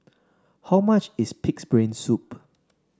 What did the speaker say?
how much is pig's brain soup